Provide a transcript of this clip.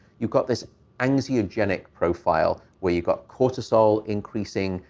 you've got this anxiogenic profile where you got cortisol increasing,